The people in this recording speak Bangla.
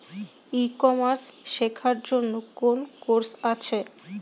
ই কমার্স শেক্ষার জন্য কোন কোর্স আছে?